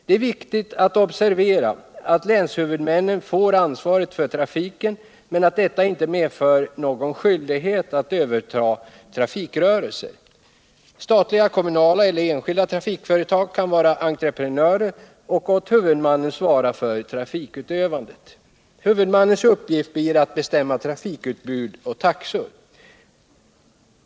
Det är viktigt att observera att länshuvudmännen får ansvaret för trafiken men att detta inte medför någon skyldighet att överta trafikrörelser. Statliga, kommunala eller enskilda trafikföretag kan vara entreprenörer och åt huvudmannen svara för trafikutövandet. Huvudmannens uppgift blir att bestämma trafikutbud och taxor.